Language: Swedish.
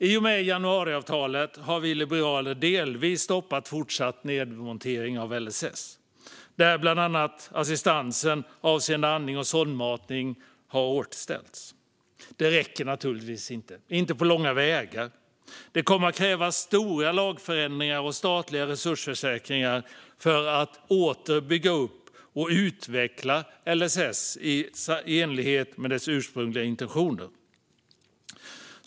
I och med januariavtalet har vi liberaler delvis stoppat fortsatt nedmontering av LSS, där bland annat assistansen avseende andning och sondmatning har återställts. Det räcker naturligtvis inte på långa vägar. Det kommer att krävas stora lagförändringar och statliga resursförstärkningar för att åter bygga upp och utveckla LSS i enlighet med dess ursprungliga intentioner.